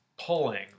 pulling